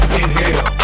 inhale